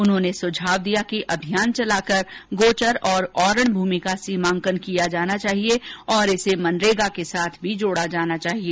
उन्होंने सुझाव दिया कि अभियान चलाकर गोचर और औरण भूमि का सीमांकन किया जाना चाहिए तथा इसे मनरेगा के साथ भी जोड़ा जाना चाहिए